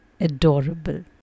adorable